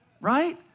Right